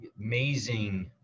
amazing